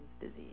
Disease